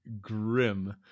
grim